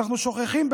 אנחנו שוכחים,